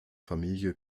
familie